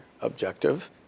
objective